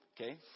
okay